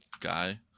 guy